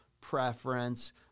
preference